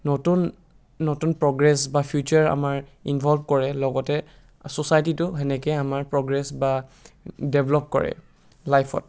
নতুন নতুন প্ৰগ্ৰেছ বা ফিউচাৰ আমাৰ ইনভল্ভ কৰে লগতে ছ'চাইটিটো সেনেকৈয়ে আমাৰ প্ৰগ্ৰেছ বা ডেভেলপ কৰে লাইফত